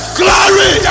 glory